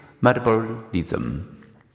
metabolism